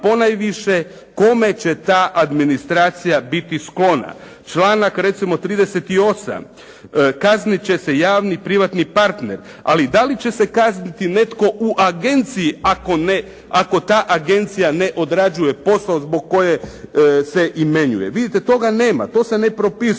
kome će ta administracija biti sklona. Članka recimo 38. kaznit će se javni privatni partner, ali i dali će se kazniti netko u agenciji ako ta agencija ne odrađuje posao zbog koje se imenuje. Vidite toga nema. To se ne propisuje.